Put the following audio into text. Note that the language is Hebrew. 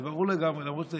זה ברור לגמרי שזה